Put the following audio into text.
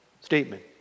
statement